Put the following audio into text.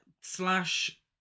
slash